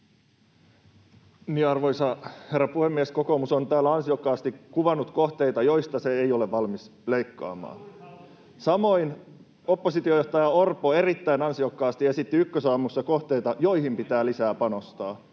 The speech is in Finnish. Arvoisa herra puhemies! Kokoomus on täällä ansiokkaasti kuvannut kohteita, joista se ei ole valmis leikkaamaan. [Ben Zyskowicz: Samoin hallitus!] Samoin oppositiojohtaja Orpo erittäin ansiokkaasti esitti Ykkösaamussa kohteita, joihin pitää panostaa